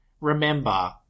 remember